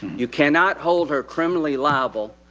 you cannot hold her criminally liable,